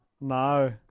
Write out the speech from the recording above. No